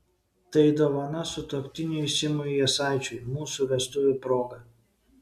tai dovana sutuoktiniui simui jasaičiui mūsų vestuvių proga